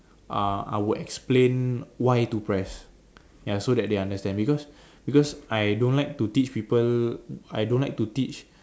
uh I would explain why to press ya so that they understand because because I don't like to teach people I don't like to teach